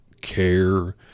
care –